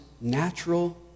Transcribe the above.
natural